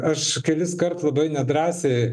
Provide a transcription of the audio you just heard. aš keliskart labai nedrąsiai